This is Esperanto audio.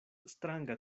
stranga